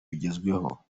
bigezweho